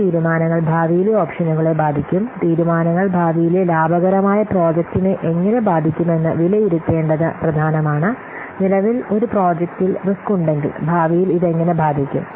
ഈ തീരുമാനങ്ങൾ ഭാവിയിലെ ഓപ്ഷനുകളെ ബാധിക്കും തീരുമാനങ്ങൾ ഭാവിയിലെ ലാഭകരമായ പ്രോജക്റ്റിനെ എങ്ങനെ ബാധിക്കുമെന്ന് വിലയിരുത്തേണ്ടത് പ്രധാനമാണ് നിലവിൽ ഒരു പ്രോജക്റ്റിൽ റിസ്ക് ഉണ്ടെങ്കിൽ ഭാവിയിൽ ഇത് എങ്ങനെ ബാധിക്കും